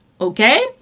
Okay